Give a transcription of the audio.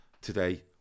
today